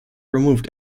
removed